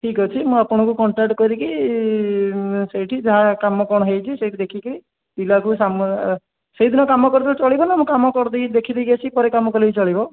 ଠିକ୍ ଅଛି ମୁଁ ଆପଣଙ୍କୁ କଣ୍ଟାକ୍ଟ୍ କରିକି ସେଇଠି ଯାହା କାମ କ'ଣ ହେଇଛି ସେଇଠି ଦେଖି କି ପିଲାକୁ ସାମ ସେହିଦିନ କାମ କରି ଦେଲେ ଚଳିବ ନା ମୁଁ କାମ କରି ଦେଇ ଦେଖି ଦେଇ ଆସି ପରେ କାମ କରି ଦେଲେ ଚଳିବ